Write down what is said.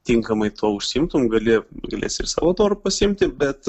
tinkamai tuo užsiimtum gali galėsi ir savo noru pasiimti bet